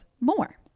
more